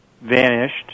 vanished